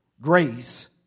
grace